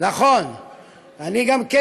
צריך להגיד את זה ליושב-ראש הכנסת.